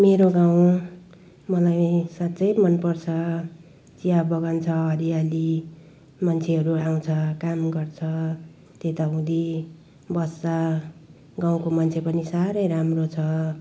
मेरो गाउँ मलाई असाध्यै मनपर्छ चिया बगान छ हरियाली मान्छेहरू आउँछ काम गर्छ त्यताउदि बस्छ गाउँको मान्छे पनि साह्रै राम्रो छ